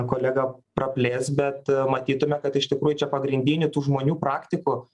kolega praplės bet matytume kad iš tikrųjų čia pagrindinių tų žmonių praktikų